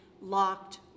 locked